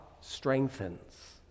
strengthens